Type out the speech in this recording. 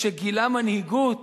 שגילה מנהיגות